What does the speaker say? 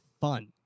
fun